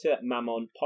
Mammon